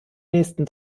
nächsten